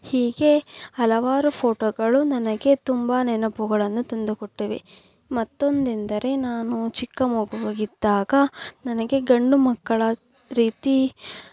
ಹೀಗೆ ಹಲವಾರು ಫ಼ೋಟೋಗಳು ನನಗೆ ತುಂಬಾ ನೆನಪುಗಳನ್ನು ತಂದುಕೊಟ್ಟಿವೆ ಮತ್ತೊಂದೆಂದರೆ ನಾನು ಚಿಕ್ಕ ಮಗುವಾಗಿದ್ದಾಗ ನನಗೆ ಗಂಡುಮಕ್ಕಳ ರೀತಿ